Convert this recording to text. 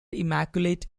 immaculate